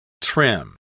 Trim